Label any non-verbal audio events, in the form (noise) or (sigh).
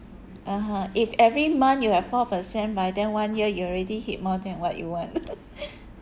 (uh huh) if every month you have four percent by then one year you already hit more than what you want (laughs)